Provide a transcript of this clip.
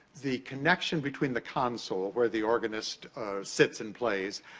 the connection between the console, where the organist sits and plays,